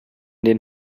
den